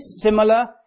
similar